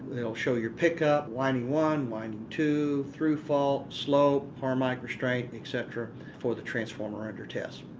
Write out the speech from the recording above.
it will show your pick up, winding one, winding two, through fault, slope, harmonic restraint et cetera for the transformer under test.